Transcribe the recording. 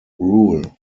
rule